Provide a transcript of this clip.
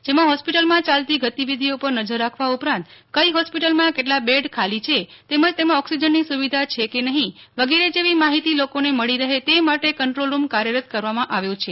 જેમાં હોસ્પિટલમાં યાલતી ગતિવિધિઓ પર નજર રાખવા ઉપરાંત કઈ હોસ્પિટલમાં કેટલા બેડ ખાલી છે તેમજ તેમાં ઓક્સિજનની સુવિધા છે કે નહીં વગેરે જેવી માહિતી લોકોને મળી રહે તે માટે કંટ્રોલરૂમ કાર્યરત કરવામાં આવ્યો છે